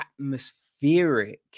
atmospheric